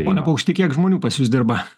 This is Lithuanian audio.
pone paukšti kiek žmonių pas jus dirba